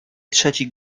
trzeci